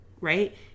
right